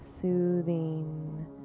Soothing